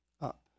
up